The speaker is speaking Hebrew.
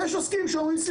ויש עוסקים אומרים,